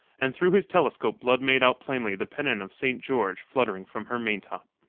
and through his telescope blood made out plainly the pennon of st. george fluttering from her maintop.